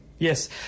Yes